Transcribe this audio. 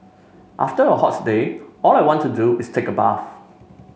after a hot day all I want to do is take a bath